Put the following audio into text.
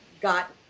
got